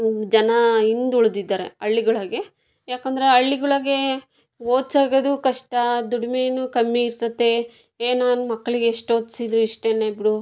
ಜನ ಹಿಂದುಳಿದಿದ್ದಾರೆ ಹಳ್ಳಿಗಳಿಗೆ ಏಕೆಂದ್ರೆ ಹಳ್ಳಿಗಳಿಗೆ ಓದಿಸೋದು ಕಷ್ಟ ದುಡಿಮೆಯೂ ಕಮ್ಮಿ ಇರ್ತದೆ ಹೇ ನಾನು ಮಕ್ಕಳಿಗೆ ಎಷ್ಟು ಓದಿಸಿದ್ರೆ ಇಷ್ಟೆನೇ ಬಿಡು